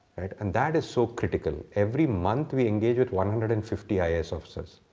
and that is so critical. every month we engage with one hundred and fifty ias officers.